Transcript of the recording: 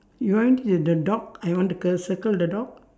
you want to the dog are you want to ~cle circle the dog